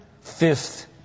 Fifth